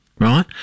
right